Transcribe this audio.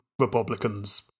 Republicans